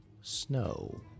snow